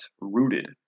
rooted